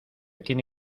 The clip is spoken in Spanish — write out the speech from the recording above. tiene